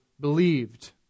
believed